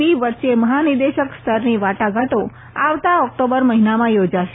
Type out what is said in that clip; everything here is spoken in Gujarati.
બી વચ્ચે મહાનિદેશક સ્તરની વાટાઘાટો આવતા ઓકટોબર મહિનામાં યોજાશે